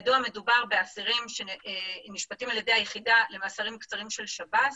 מדובר באסירים שנשפטים על ידי היחידה למאסרים קצרים של ב"ס,